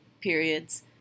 periods